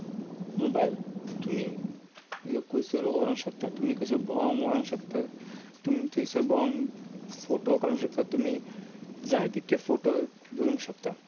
mobile तुमी ह्यो खंयसर व्हरपाक शकता तुमी खंयसर भोंवूंक व्हरपाक शकतात तुमी थंयसर भोंवून फोटो मारूंक शकतात तुमी जाय तितले फोटो घेवंक शकतात